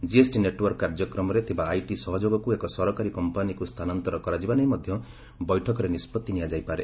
GST network କାର୍ଯ୍ୟକ୍ରମରେ ଥିବା IT ସହଯୋଗକୁ ଏକ ସରକାରୀ କମ୍ପାନିକୁ ସ୍ଥାନାନ୍ତର କରାଯିବା ନେଇ ମଧ୍ୟ ବୈଠକରେ ନିଷ୍ପଭି ନିଆଯାଇପାରେ